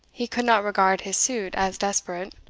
he could not regard his suit as desperate.